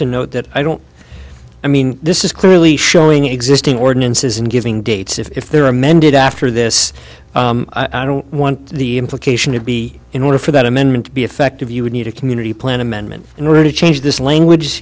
to know that i don't i mean this is clearly showing existing ordinances and giving dates if they're amended after this i don't want the implication to be in order for that amendment to be effective you would need a community plan amendment in order to change this language